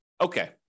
okay